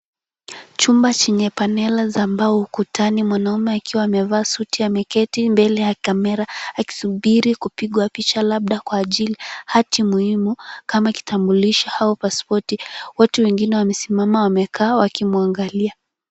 Chumba chenye panela za mbao ukutani. Mwanaume akiwa amevaa suti ameketi mbele ya kamera akisubiri kupigwa picha labda kwa ajili ya hati muhimu kama kitambulisho au pasipoti. Watu wengine wamesimama wamekaa wakimwangalia.